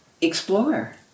Explore